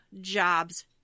jobs